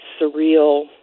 surreal